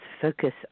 focus